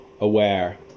aware